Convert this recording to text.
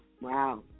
Wow